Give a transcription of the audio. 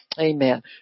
Amen